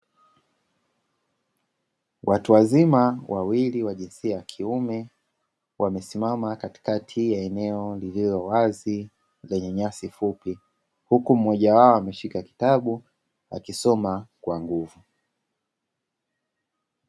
Watu wazima wawili wa jinsia ya kiume wamesimama katikati ya eneo lililo wazi lenyenyasi fupi, huku mmoja wao ameshika kitabu akisoma kwa nguvu.